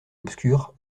obscur